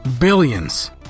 Billions